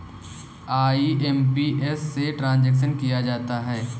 IMPS से transaction किया जाता है